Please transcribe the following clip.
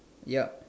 yep